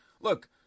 look